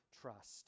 trust